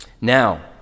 Now